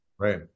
Right